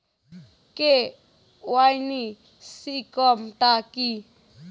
KYC form টা কি?